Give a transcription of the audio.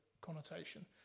connotation